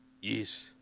Yes